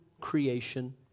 creation